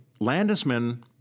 Landisman